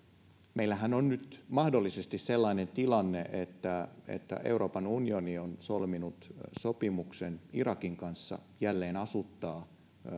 meillähän on nyt mahdollisesti sellainen tilanne että että euroopan unioni on solminut sopimuksen irakin kanssa jälleenasuttaa